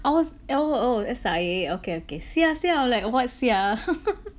I was lo~ oh oh S_I_A okay okay sia siao like what sia